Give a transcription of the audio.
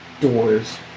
doors